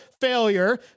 failure